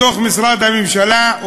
בתוך משרד ראש הממשלה,